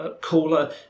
cooler